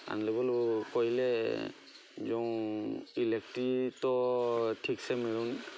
unavailable କହିଲେ ଯେଉଁ electricity ତ ଠିକ୍ ସେ ମିଳୁନି